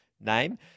name